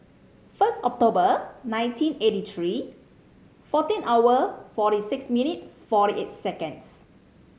first October nineteen eighty three fourteen hour forty six minute forty eight seconds